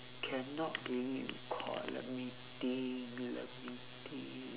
cannot believe you caught let me think let me think